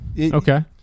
Okay